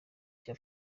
cya